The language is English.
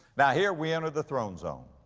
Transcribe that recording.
now here we enter the throne zone.